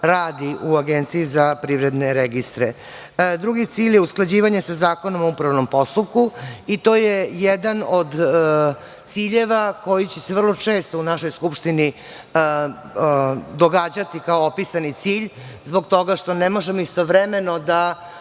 same struke koja radi u APR-u. Drugi cilj je usklađivanje sa Zakonom o upravnom postupku i to je jedan od ciljeva koji će se vrlo često u našoj Skupštini događati kao opisani cilj, zbog toga što ne možemo istovremeno da